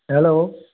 hello